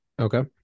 Okay